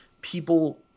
people